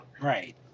right